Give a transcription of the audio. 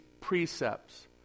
precepts